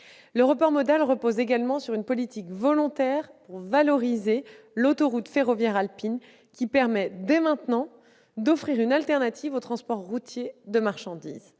Le report modal repose également sur une politique volontaire pour valoriser l'autoroute ferroviaire alpine, qui permet dès maintenant d'offrir une alternative au transport routier de marchandises.